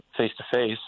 face-to-face